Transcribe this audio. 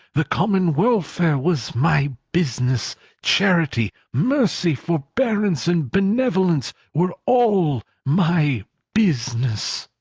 the common welfare was my business charity, mercy, forbearance, and benevolence, were, all, my business.